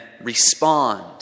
respond